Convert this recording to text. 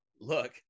look